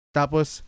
tapos